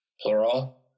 plural